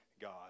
God